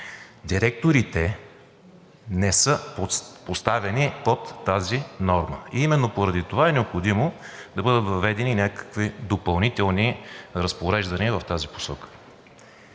Директорите не са поставени под тази норма. Именно поради това е необходимо да бъдат въведени някакви допълнителни разпореждания в тази посока.